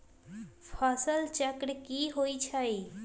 फसल चक्र की होई छै?